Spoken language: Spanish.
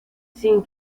sin